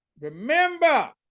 remember